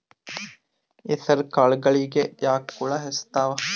ಹೆಸರ ಕಾಳುಗಳಿಗಿ ಯಾಕ ಹುಳ ಹೆಚ್ಚಾತವ?